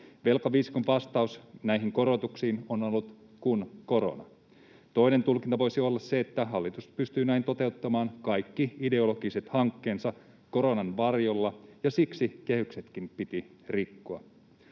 Velkaviisikon vastaus näihin korotuksiin on ollut: kun korona. Toinen tulkinta voisi olla se, että hallitus pystyy näin toteuttamaan kaikki ideologiset hankkeensa koronan varjolla ja siksi kehyksetkin piti rikkoa.